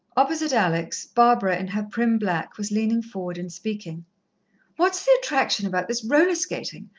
opposite alex, barbara, in her prim black, was leaning forward and speaking what's the attraction about this roller-skating?